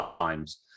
times